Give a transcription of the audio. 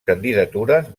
candidatures